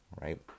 right